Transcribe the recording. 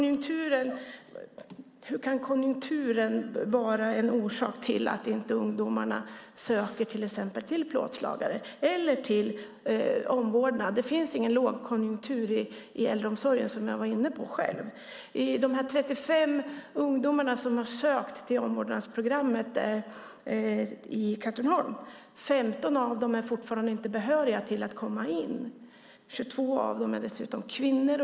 Hur kan konjunkturen vara en orsak till att ungdomarna inte söker till exempel plåtslagarutbildning eller omvårdnadsutbildning? Det finns ingen lågkonjunktur i äldreomsorgen, som jag var inne på. Det är 35 ungdomar som har sökt till omvårdnadsprogrammet i Katrineholm. 15 av dem är fortfarande inte behöriga för att komma in. 22 av dem är dessutom kvinnor.